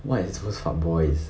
what is what's fuckboys